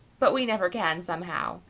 but we never can somehow.